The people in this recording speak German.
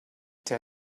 der